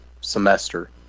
semester